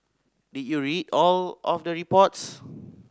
did you read all of the reports